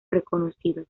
reconocidos